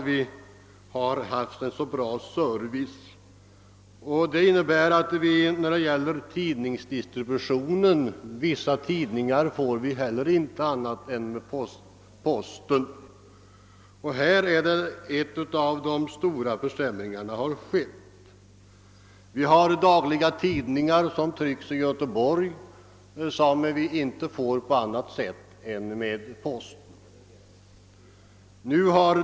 Vissa tidningar levereras bara genom posten, och det är i detta avseende som en av de stora försämringarna skett. Vissa dagliga tidningar som trycks i Göteborg får vi endast genom posten.